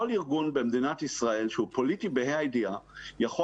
כל ארגון במדינת ישראל שהוא פוליטי ב-ה' הידיעה יכול